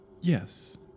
Yes